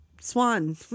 swan